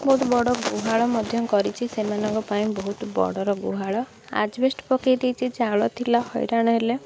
ବହୁତ ବଡ ଗୁହାଳ ମଧ୍ୟ କରିଛି ସେମାନଙ୍କ ପାଇଁ ବହୁତ ବଡର ଗୁହାଳ ଆଜବେଷ୍ଟ୍ ପକେଇ ଦେଇଛି ଚାଳ ଥିଲା ହଇରାଣ ହେଲେ